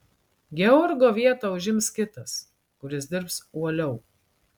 georgo vietą užims kitas kuris dirbs uoliau